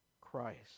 Christ